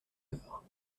heure